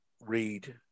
read